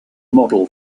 model